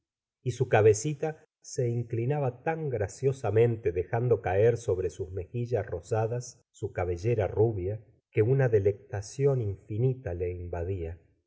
y su cabecita se inclinaba tan graciosamente dejando caer sobre sus mejillas rosadas su cabellera rubia que una delectación infinita le invadía placer mezclado de